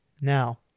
Now